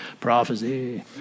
prophecy